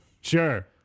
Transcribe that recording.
Sure